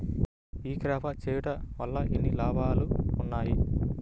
ఈ క్రాప చేయుట వల్ల ఎన్ని లాభాలు ఉన్నాయి?